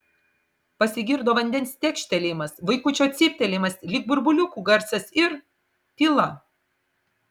pasigirdo vandens tekštelėjimas vaikučio cyptelėjimas lyg burbuliukų garsas ir tyla